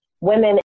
women